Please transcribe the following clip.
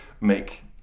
make